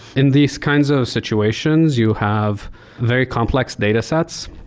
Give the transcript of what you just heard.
in these kinds of situations, you have very complex datasets.